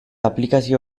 aplikazio